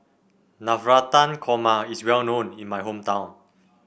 Navratan Korma is well known in my hometown